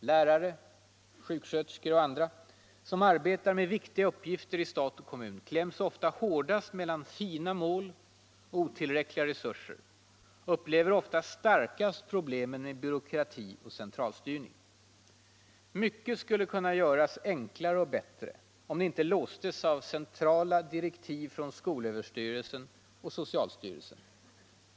Lärare, sjuksköterskor och andra som arbetar med viktiga uppgifter inom stat och kommun kläms ofta hårdast mellan fina mål och otillräckliga resurser, upplever ofta starkast problemen med byråkrati och centralstyrning. Mycket skulle kunna göras enklare och bättre om de inte låstes av en mängd centrala direktiv från skolöverstyrelsen och socialstyrelsen.